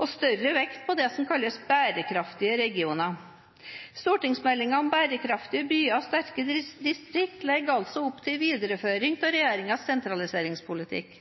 og større vekt på det som kalles bærekraftige regioner. Stortingsmeldingen om bærekraftige byer og sterke distrikter legger altså opp til en videreføring av regjeringens sentraliseringspolitikk.